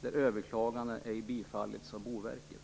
där överklaganden ej bifallits av Boverket.